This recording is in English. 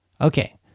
Okay